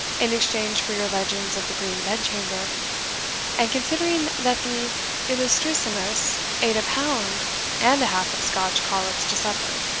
in exchange for your legends of the green bedchamber and considering that the illustrissimus ate a pound and a half of scotch collops to supper,